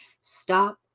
stop